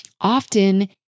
Often